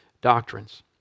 doctrines